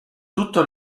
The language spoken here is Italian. tutto